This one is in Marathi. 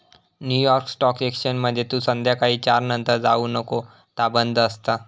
न्यू यॉर्क स्टॉक एक्सचेंजमध्ये तू संध्याकाळी चार नंतर जाऊ नको ता बंद असता